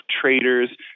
traders